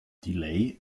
delay